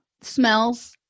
Smells